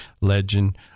legend